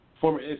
former